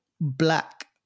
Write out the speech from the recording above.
black